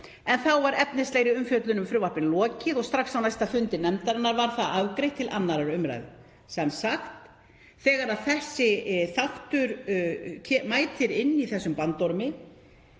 en þá var efnislegri umfjöllun um frumvarpið lokið og strax á næsta fundi nefndarinnar var það afgreitt til 2. umræðu. Þegar þessi þáttur mætir inni í þessum bandormi